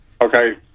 Okay